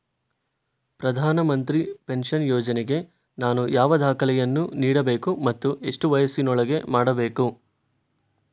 ಪ್ರಧಾನ ಮಂತ್ರಿ ಪೆನ್ಷನ್ ಯೋಜನೆಗೆ ನಾನು ಯಾವ ದಾಖಲೆಯನ್ನು ನೀಡಬೇಕು ಮತ್ತು ಎಷ್ಟು ವಯಸ್ಸಿನೊಳಗೆ ಮಾಡಬೇಕು?